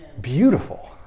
Beautiful